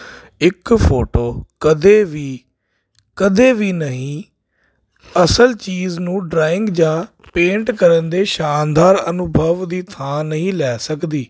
ਇੱਕ ਫੋਟੋ ਕਦੇ ਵੀ ਕਦੇ ਵੀ ਨਹੀਂ ਅਸਲ ਚੀਜ਼ ਨੂੰ ਡਰਾਇੰਗ ਜਾਂ ਪੇਂਟ ਕਰਨ ਦੇ ਸ਼ਾਨਦਾਰ ਅਨੁਭਵ ਦੀ ਥਾਂ ਨਹੀਂ ਲੈ ਸਕਦੀ